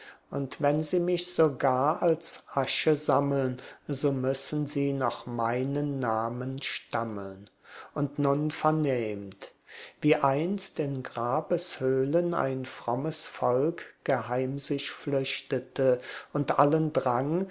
und wenn sie mich sogar als asche sammeln so müssen sie noch meinen namen stammeln und nun vernehmt wie einst in grabeshöhlen ein frommes volk geheim sich flüchtete und allen drang